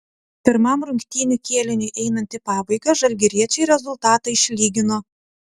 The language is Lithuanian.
pirmam rungtynių kėliniui einant į pabaigą žalgiriečiai rezultatą išlygino